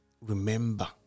Remember